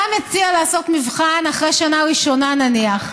אתה מציע לעשות מבחן אחרי השנה הראשונה, נניח.